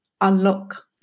unlock